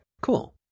cool